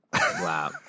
Wow